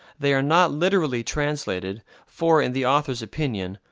they are not literally translated, for, in the author's opinion,